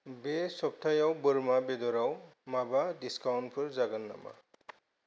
बे सप्तायाव बोरमा बेदराव माबा डिसकाउन्टफोर जागोन नामा